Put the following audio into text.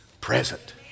present